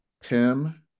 Tim